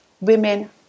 women